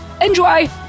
Enjoy